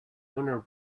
owner